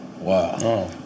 Wow